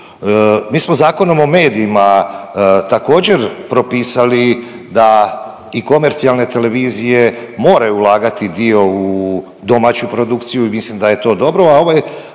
Mi smo Zakonom o medijima također propisali da i komercijalne televizije moraju ulagati dio u domaću produkciju i mislim da je to dobro,